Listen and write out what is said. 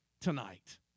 tonight